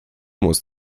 muss